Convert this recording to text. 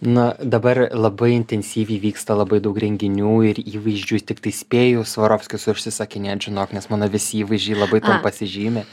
na dabar labai intensyviai vyksta labai daug renginių ir įvaizdžių tiktai spėju svarovskius užsisakinėt žinok nes mano visi įvaizdžiai labai tuom pasižymi